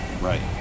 right